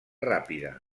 ràpida